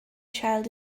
child